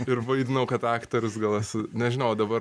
ir vaidinau kad aktorius gal esu nežinau o dabar